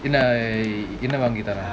இல்லஎன்னவாங்கிதரேன்:illa enna vangi tharen